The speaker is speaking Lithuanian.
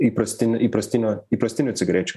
įprastinių įprastinio įprastinių cigarečių